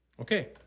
Okay